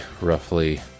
roughly